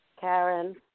Karen